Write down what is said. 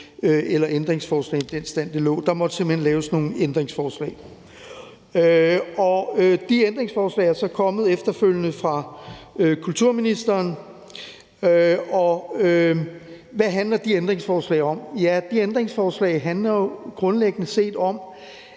kunne vedtage forslaget i den stand, det lå. Der måtte simpelt hen laves et ændringsforslag. Det ændringsforslag er så kommet efterfølgende fra kulturministeren, og hvad handler det ændringsforslag om? Det ændringsforslag handler jo grundlæggende set om,